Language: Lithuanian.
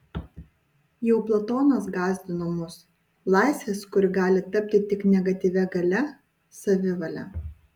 jau platonas gąsdino mus laisvės kuri gali tapti tik negatyvia galia savivale